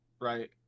right